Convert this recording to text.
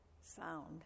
sound